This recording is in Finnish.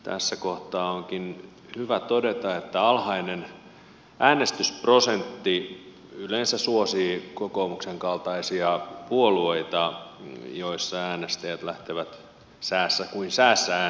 tässä kohtaa onkin hyvä todeta että alhainen äänestysprosentti yleensä suosii kokoomuksen kaltaisia puolueita joiden äänestäjät lähtevät säässä kuin säässä äänestämään